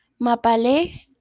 Mapale